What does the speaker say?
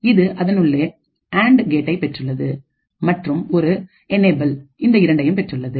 இது அதனுள்ளே அண்டு கேட்டை பெற்றுள்ளது மற்றும் ஒரு என்யபல்இந்த இரண்டையும் பெற்றுள்ளது